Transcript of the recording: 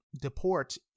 deport